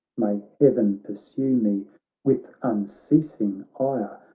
may heaven pursue me with unceasing ire!